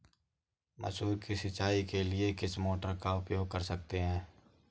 मसूर की सिंचाई के लिए किस मोटर का उपयोग कर सकते हैं?